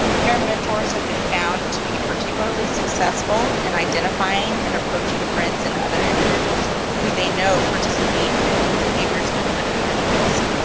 peer mentors have been found to be particularly successful in and identifying and approaching friends and other individuals who they know participate in behaviors that put them at risk.